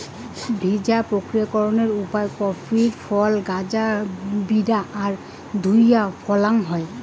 ভিজা প্রক্রিয়াকরণ উপায় কফি ফল গাঁজা বিরা আর ধুইয়া ফ্যালাং হই